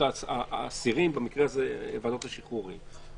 האסירים במקרה הזה בוועדת השחרורים.